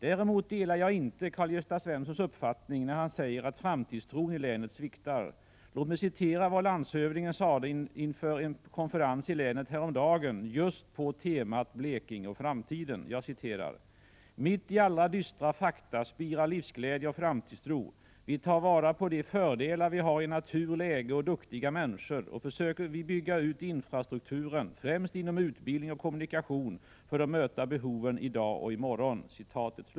Däremot delar jag inte Karl-Gösta Svensons uppfattning när han säger att framtidstron i länet sviktar. Låt mig citera vad landshövdingen sade inför en konferens i länet häromdagen just på temat ”Blekinge och framtiden”: ”Mitt i alla dystra fakta spirar livsglädje och framtidstro. Vi tar vara på de fördelar vi har i natur, läge och duktiga människor och så försöker vi bygga ut infrastrukturen främst inom utbildning och kommunikation för att möta behoven i dag och i morgon”.